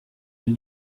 and